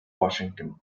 washington